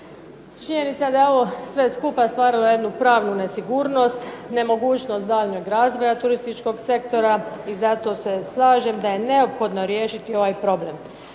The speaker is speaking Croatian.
Činjenica da je ovo sve skupa stvaralo jednu pravnu nesigurnost nemogućnost daljnjeg razvoja turističkog sektora i zato se slažem da je neophodno riješiti ovaj problem.